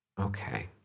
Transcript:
Okay